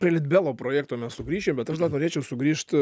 prie litbelo projekto mes sugrįšim bet aš dar norėčiau sugrįžt